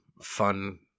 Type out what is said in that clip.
fun